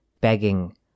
begging